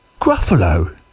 Gruffalo